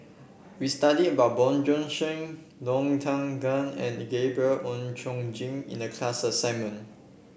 we studied about Bjorn Shen Low Thia Khiang and Gabriel Oon Chong Jin in the class assignment